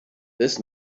this